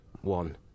one